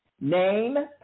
Name